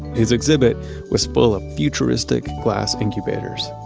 his exhibit was full of futuristic glass incubators.